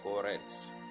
correct